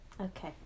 Okay